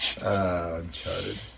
uncharted